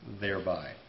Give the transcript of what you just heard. thereby